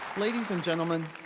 ladies and gentlemen,